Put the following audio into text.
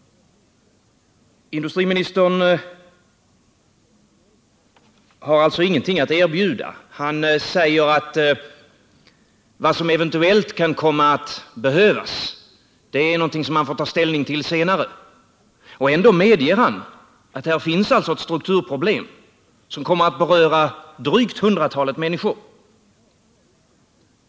Industriministern har alltså ingenting att erbjuda. Han säger att man senare får ta ställning till vad som eventuellt kan komma att behövas. Och ändå medger han att här finns ett strukturproblem som kommer att beröra drygt hundratalet människor.